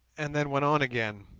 and then went on again.